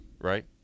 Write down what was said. right